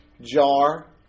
jar